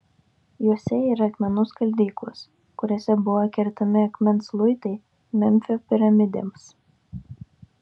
juose yra akmenų skaldyklos kuriose buvo kertami akmens luitai memfio piramidėms